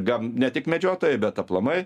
gam ne tik medžiotojai bet aplamai